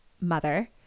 mother